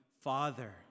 Father